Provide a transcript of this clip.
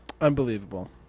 Unbelievable